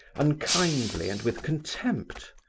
unkindly, and with contempt.